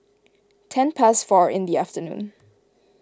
ten past four in the afternoon